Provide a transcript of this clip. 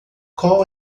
qual